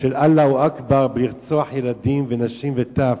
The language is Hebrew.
של "אללהו אכבר" לרצוח ילדים, נשים וטף.